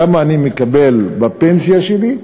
כמה אני מקבל בפנסיה שלי?